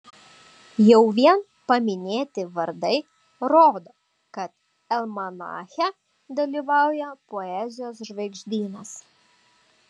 jau vien paminėti vardai rodo kad almanache dalyvauja poezijos žvaigždynas